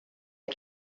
der